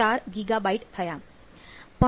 4 gigabyte થયા